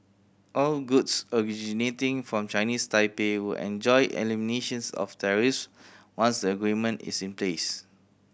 all goods originating from Chinese Taipei will enjoy eliminations of tariffs once the agreement is in place